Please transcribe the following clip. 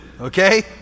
okay